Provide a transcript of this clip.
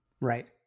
Right